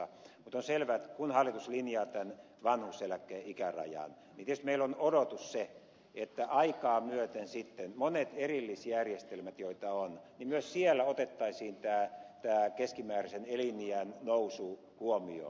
mutta on selvää että kun hallitus linjaa tämän vanhuuseläkkeen ikärajan niin tietysti meillä on odotus se että aikaa myöten sitten monissa erillisjärjestelmissä joita on myös otettaisiin tämä keskimääräisen eliniän nousu huomioon